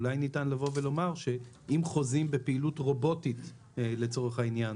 אולי ניתן לבוא ולומר שאם חוזים בפעילות רובוטית לצורך העניין,